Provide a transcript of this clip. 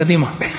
קדימה.